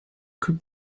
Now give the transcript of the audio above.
could